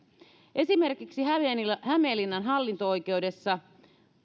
esimerkiksi hämeenlinnan hallinto oikeudessa